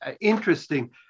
interesting